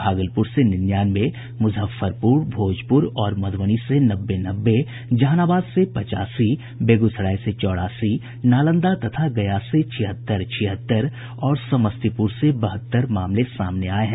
भागलपुर से निन्यानवे मुजफ्फरपुर भोजपुर और मधुबनी से नब्बे नब्बे जहानाबाद से पचासी बेगूसराय से चौरासी नालंदा तथा गया से छिहत्तर छिहत्तर और समस्तीपुर से बहत्तर मामले सामने आये हैं